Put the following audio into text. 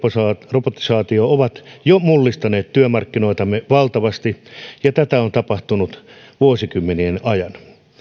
robotisaatio ovat jo mullistaneet työmarkkinoitamme valtavasti ja tätä on tapahtunut vuosikymmenien ajan